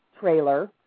trailer